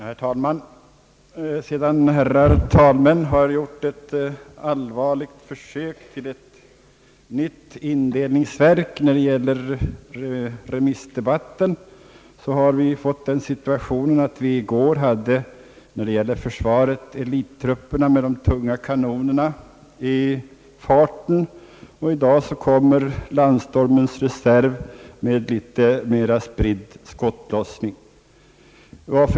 Herr talman! Sedan herrar talmän har gjort ett allvarligt försök till ett nytt indelningsverk när det gäller remissdebatten har den situationen uppkommit att vi i går, när det gäller försvaret, hade elittrupperna med de tunga kanonerna i farten, och i dag kommer landstormens reserv med litet mera spridd skottlossning.